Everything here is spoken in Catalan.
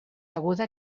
deguda